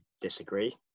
disagree